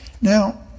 Now